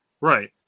Right